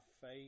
faith